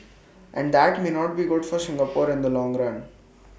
and that may not be good for Singapore in the long run